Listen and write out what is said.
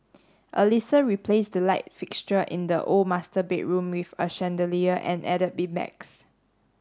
Alisa replaced the light fixture in the old master bedroom with a chandelier and added beanbags